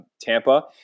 Tampa